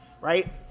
right